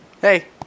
Hey